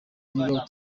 niba